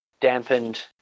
dampened